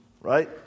right